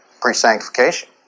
pre-sanctification